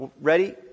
Ready